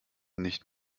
nicht